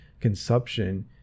consumption